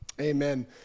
amen